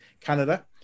Canada